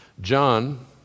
John